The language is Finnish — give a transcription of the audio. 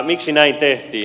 miksi näin tehtiin